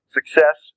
Success